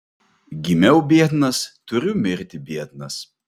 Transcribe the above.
gimiau biednas turiu mirti biednas